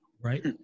Right